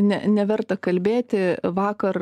ne neverta kalbėti vakar